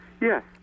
Yes